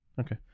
Okay